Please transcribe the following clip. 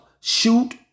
shoot